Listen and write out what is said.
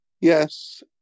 Yes